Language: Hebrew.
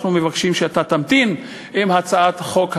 אנחנו מבקשים שאתה תמתין עם הצעת החוק הזו,